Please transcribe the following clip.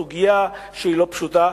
סוגיה שהיא לא פשוטה,